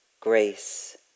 grace